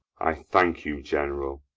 i thank you, general,